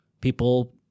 People